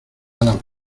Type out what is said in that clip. alas